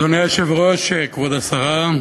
אדוני היושב-ראש, כבוד השרה,